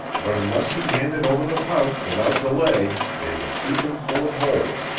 but unless he handed over the pouch without delay they would shoot him full of holes,